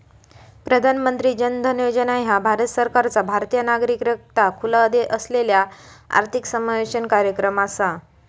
प्रधानमंत्री जन धन योजना ह्या भारत सरकारचा भारतीय नागरिकाकरता खुला असलेला आर्थिक समावेशन कार्यक्रम असा